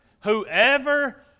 Whoever